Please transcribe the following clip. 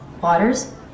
Waters